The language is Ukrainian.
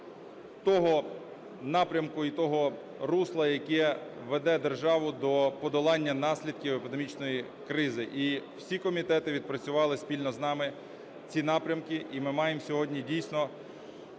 того напрямку і того русла, яке веде державу до подолання наслідків епідемічної кризи. І всі комітети відпрацювали спільно з нами ці напрямки. І ми маємо сьогодні дійсно